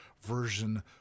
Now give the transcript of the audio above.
version